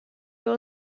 wir